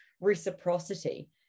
reciprocity